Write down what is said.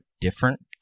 different